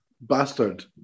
Bastard